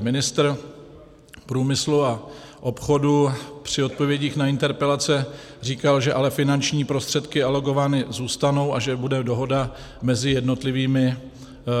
Ministr průmyslu a obchodu při odpovědích na interpelace říkal, že ale finanční prostředky alokovány zůstanou a že bude dohoda mezi jednotlivými